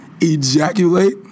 Ejaculate